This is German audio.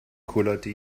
kullerte